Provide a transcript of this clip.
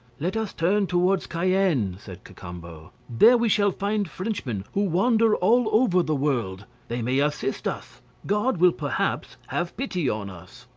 let us turn towards cayenne, said cacambo, there we shall find frenchmen, who wander all over the world they may assist us god will perhaps have pity on us.